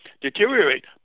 deteriorate